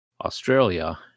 Australia